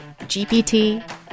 GPT